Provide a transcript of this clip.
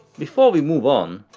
before we move on,